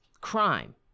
crime